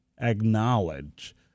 acknowledge